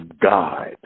god